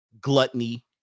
gluttony